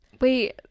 wait